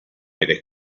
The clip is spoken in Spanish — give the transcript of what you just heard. eres